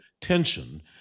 tension